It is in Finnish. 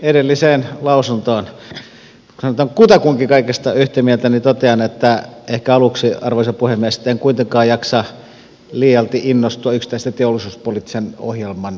kun sanon että kutakuinkin kaikesta yhtä mieltä niin totean ehkä aluksi arvoisa puhemies että en kuitenkaan jaksa liialti innostua yksittäisen teollisuuspoliittisen ohjelman tekemisestä